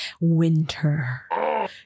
Winter